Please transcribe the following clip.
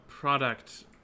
product